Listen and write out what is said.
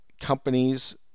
companies